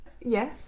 Yes